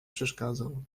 przeszkadzał